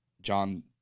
John